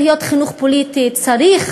צריך